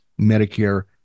Medicare